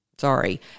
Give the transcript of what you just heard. Sorry